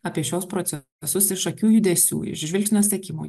apie šiuos procesus iš akių judesių iš žvilgsnio sekimo